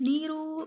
ನೀರು